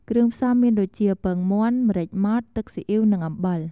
គ្រឿងផ្សំមានដូចជា ពងមាន់ ម្រេចម៉ដ្ឋ ទឹកស៊ីអ៉ីវ និងអំបិល ។